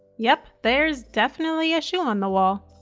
yup there's definitely a shoe on the wall.